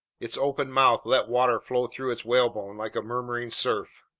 its open mouth let water flow through its whalebone like a murmuring surf.